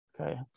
Okay